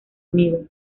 unido